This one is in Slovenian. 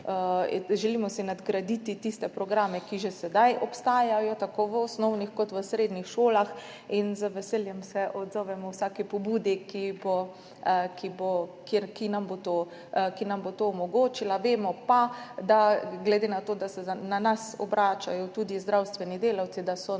Želimo si nadgraditi tiste programe, ki že sedaj obstajajo tako v osnovnih kot v srednjih šolah. Z veseljem se odzovemo na vsako pobudo, ki nam bo to omogočila. Vemo pa, glede na to, da se na nas obračajo tudi zdravstveni delavci,